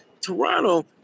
Toronto